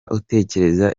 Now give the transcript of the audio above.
utekereza